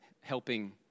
helping